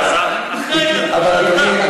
אדוני,